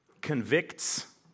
convicts